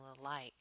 alike